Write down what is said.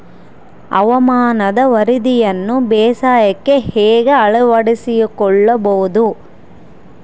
ಹವಾಮಾನದ ವರದಿಯನ್ನು ಬೇಸಾಯಕ್ಕೆ ಹೇಗೆ ಅಳವಡಿಸಿಕೊಳ್ಳಬಹುದು?